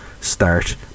start